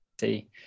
see